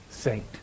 saint